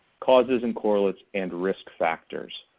causes and correlates, and risk factors.